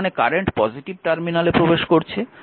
তার মানে current positive টার্মিনালে প্রবেশ করছে